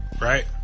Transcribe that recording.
right